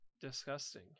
disgusting